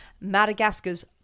Madagascar's